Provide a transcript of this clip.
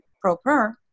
pro-per